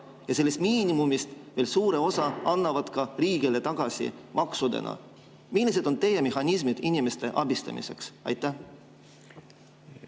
ja sellest miinimumist veel suure osa annavad riigile maksudena? Millised on teie mehhanismid inimeste abistamiseks? Aitäh!